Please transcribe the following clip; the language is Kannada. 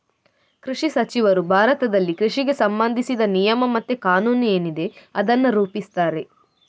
ಕೃಷಿ ಸಚಿವರು ಭಾರತದಲ್ಲಿ ಕೃಷಿಗೆ ಸಂಬಂಧಿಸಿದ ನಿಯಮ ಮತ್ತೆ ಕಾನೂನು ಏನಿದೆ ಅದನ್ನ ರೂಪಿಸ್ತಾರೆ